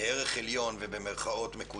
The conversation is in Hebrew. כערך עליון ומקודש,